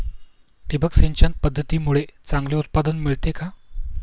ठिबक सिंचन पद्धतीमुळे चांगले उत्पादन मिळते का?